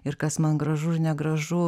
ir kas man gražu ir negražu